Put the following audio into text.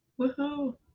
Woohoo